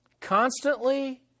constantly